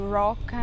rock